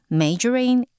majoring